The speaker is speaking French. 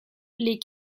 les